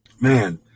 man